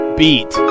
beat